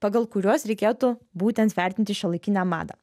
pagal kuriuos reikėtų būtent vertinti šiuolaikinę madą